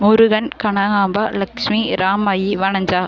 Murugan Kanagambal Lakshmi Ramayi Vanaja